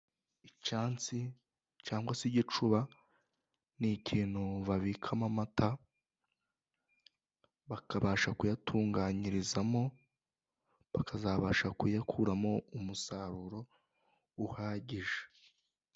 Icyansi cyangwa se igicuba, ni ikintu babikamo amata bakabasha kuyatunganyirizamo, bakazabasha kuyakuramo umusaruro uhagije.